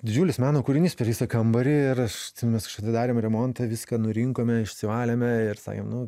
didžiulis meno kūrinys per visą kambarį ir aš ten mes kažkada darėm remontą viską nurinkome išsivalėme ir sakėm nu